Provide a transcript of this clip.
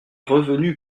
revenus